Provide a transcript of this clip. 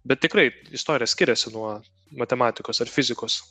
bet tikrai istorija skiriasi nuo matematikos ar fizikos